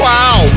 Wow